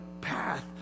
path